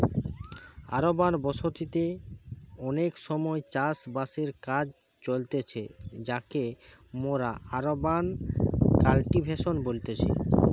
urban বসতি তে অনেক সময় চাষ বাসের কাজ চলতিছে যাকে মোরা আরবান কাল্টিভেশন বলতেছি